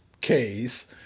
case